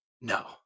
No